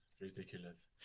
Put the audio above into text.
Ridiculous